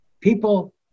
people